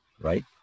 right